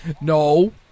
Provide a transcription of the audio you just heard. No